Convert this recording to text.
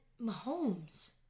Mahomes